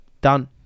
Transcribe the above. Done